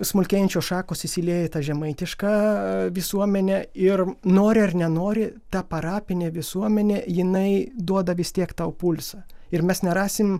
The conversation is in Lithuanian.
smulkenčios šakos įsilieja į tą žemaitišką visuomenę ir nori ar nenori ta parapinė visuomenė jinai duoda vis tiek tau pulsą ir mes nerasim